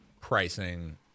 pricing